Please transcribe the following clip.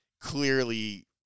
clearly